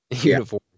uniform